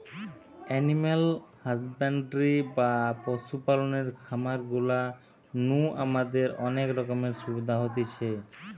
animal husbandry বা পশু পালনের খামার গুলা নু আমাদের অনেক রকমের সুবিধা হতিছে